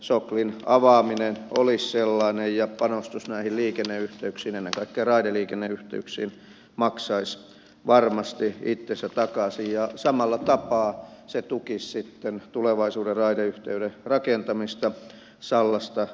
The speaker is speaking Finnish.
soklin avaaminen olisi sellainen ja panostus näihin liikenneyhteyksiin ennen kaikkea raideliikenneyhteyksiin maksaisi varmasti itsensä takaisin ja samalla tapaa se tukisi sitten tulevaisuuden raideyhteyden rakentamista sallasta kantalahteen